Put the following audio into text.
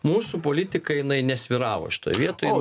mūsų politika jinai nesvyravo šitoj vietoj